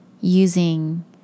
using